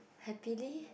happily